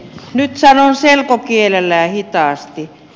nyt sanon selkokielellä ja hitaasti